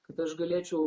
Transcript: kad aš galėčiau